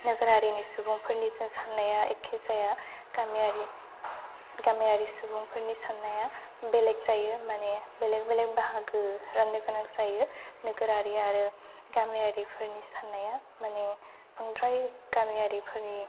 नोगोरारिनि सुबुंफोरनिजों साननाया एखे जाया गामियारि गामियारि सुबुंफोरनि साननाया बेलेक जायो माने बेलेक बेलेक बाहागो राननो गोनां जायो नोगोरारि आरो गामियारिफोरनि साननाया माने बांद्राय गामियारिफोरनि